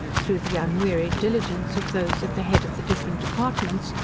through the unwearied diligence of those at the head of the different departments,